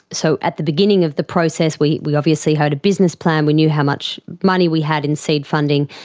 so at the beginning of the process we we obviously had a business plan, we knew how much money we had in seed funding,